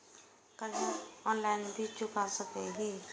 कर्जा ऑनलाइन भी चुका सके छी?